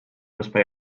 espai